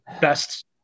best